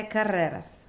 Carreras